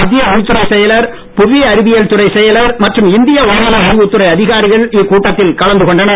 மத்திய உள்துறைச் செயலர் புவி அறிவியல் துறைச் செயலர் மற்றும் இந்திய வானிலை ஆய்வுத்துறை அதிகாரிகள் இக்கூட்டத்தில் கலந்துகொண்டனர்